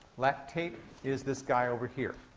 lactate is this guy over here.